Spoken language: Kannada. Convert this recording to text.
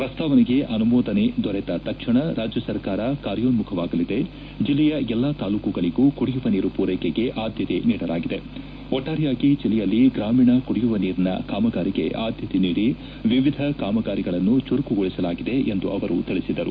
ಪ್ರಸ್ತಾವನೆಗೆ ಅನುಮೋದನೆ ದೊರೆತ ತಕ್ಷಣ ರಾಜ್ಯ ಸರ್ಕಾರ ಕಾರ್ಯೋನ್ಮುಖವಾಗಲಿದೆ ಜಿಲ್ಲೆಯ ಎಲ್ಲಾ ತಾಲ್ಲೂಕುಗಳಗೂ ಕುಡಿಯುವ ನೀರು ಪೂರೈಕೆಗೆ ಆದ್ದತೆ ನೀಡಲಾಗಿದೆ ಒಟ್ಟಾರೆಯಾಗಿ ಜಿಲ್ಲೆಯಲ್ಲಿ ಗ್ರಾಮೀಣ ಕುಡಿಯುವ ನೀರಿನ ಕಾಮಗಾರಿಗೆ ಆದ್ಯತೆ ನೀಡಿ ವಿವಿಧ ಕಾಮಗಾರಿಗಳನ್ನು ಚುರುಕುಗೊಳಿಸಲಾಗಿದೆ ಎಂದು ಅವರು ತಿಳಿಸಿದರು